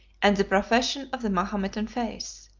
and the profession of the mahometan faith.